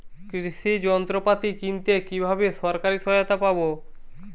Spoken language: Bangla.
কৃষি যন্ত্রপাতি কিনতে কিভাবে সরকারী সহায়তা পাব?